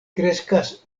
kreskas